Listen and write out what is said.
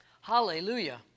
Hallelujah